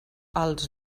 els